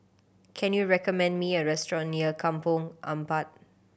can you recommend me a restaurant near Kampong Ampat